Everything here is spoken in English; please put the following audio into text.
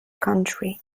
country